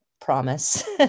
promise